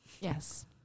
Yes